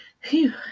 Phew